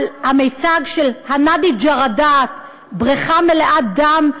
המיצג של הנאדי ג'רדאת: בריכה מלאה דם,